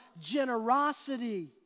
generosity